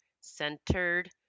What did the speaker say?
centered